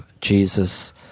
Jesus